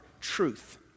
truth